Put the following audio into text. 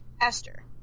Esther